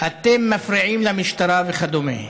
אתם מפריעים למשטרה, וכדומה.